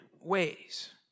ways